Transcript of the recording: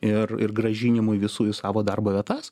ir ir grąžinimui visų į savo darbo vietas